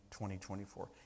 2024